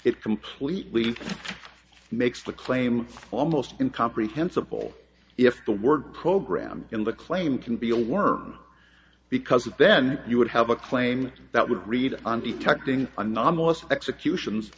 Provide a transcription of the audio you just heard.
it completely makes the claim almost uncomprehensible if the word program in the claim can be a worm because then you would have a claim that would read on detecting anomalous executions